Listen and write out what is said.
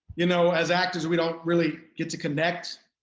you know, as actors, we don't really get to connect